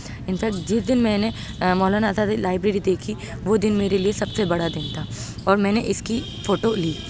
in fact جس دن میں نے مولانا آزاد لائبریری دیکھی وہ دن میرے لیے سب سے بڑا دن تھا اور میں نے اس کی فوٹو لی